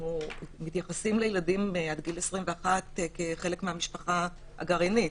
אנחנו מתייחסים לילדים עד גיל 21 כחלק מהמשפחה הגרעינית,